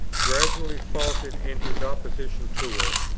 gradually faltered in his opposition to it,